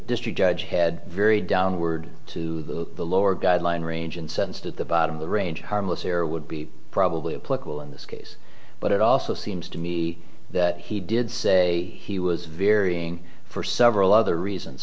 district judge had very downward to the lower guideline range incensed at the bottom of the range harmless error would be probably a political in this case but it also seems to me that he did say he was varying for several other reasons